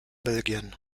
belgien